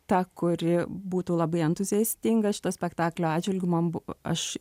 ta kuri būtų labai entuziastinga šito spektaklio atžvilgiu man bu aš